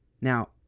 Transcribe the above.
Now